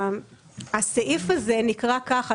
הסעיף הה נקרא כך,